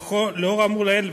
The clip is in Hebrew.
לאור האמור לעיל,